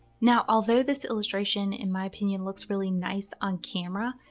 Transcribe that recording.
now, although this illustration in my opinion looks really nice on camera,